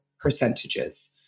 percentages